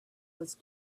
was